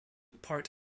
part